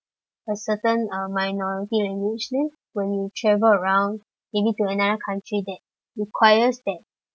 for certain uh minority language then when you travel around maybe to another country that requires that